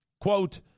quote